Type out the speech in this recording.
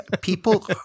people